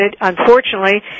Unfortunately